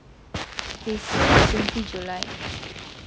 they say twenty july